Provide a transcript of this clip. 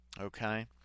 Okay